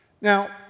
Now